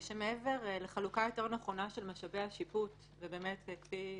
מעבר לחלוקה נכונה יותר של משאבי השיפוט, כפי